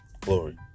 glory